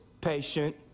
patient